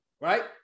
right